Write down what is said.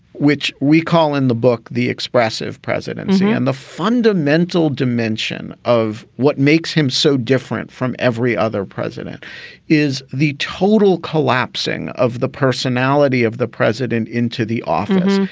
which we call in the book, the expressive presidency and the fundamental dimension of what makes him so different from every other president is the total collapsing of the personality of the president into the office.